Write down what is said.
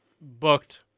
booked